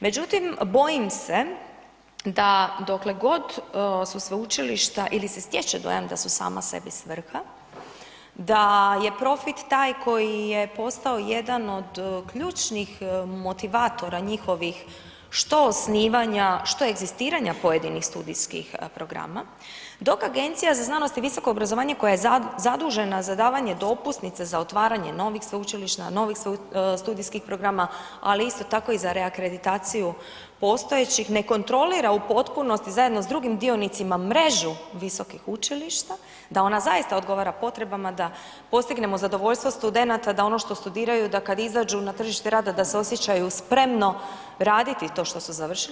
Međutim, bojim se da dokle god su sveučilišta, ili se steče dojam da su sama sebi svrha, da je profit taj koji je postao jedan od ključnih motivatora, njihovih, što osnivanja, što egzistiranja pojedinih studijskih programa, dok Agencija za znanost i visoko obrazovanje, koja je zadužena za davanje dopusnice, za otvaranje novih sveučilišta, novih studijskih programa, ali isto tako i za reakreditaciju postojećih, ne kontrolira u potpunosti zajedno s drugim dionicima, mrežu visokih učilišta, da ona zaista odgovara potrebama, da postignemo zadovoljstvo studenata, da ono što studiraju, da kada izađu na tržište rada, da se osjećaju spremno raditi to što su završili.